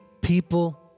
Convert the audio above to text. people